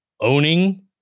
owning